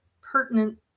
pertinent